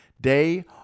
day